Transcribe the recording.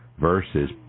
versus